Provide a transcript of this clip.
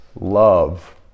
love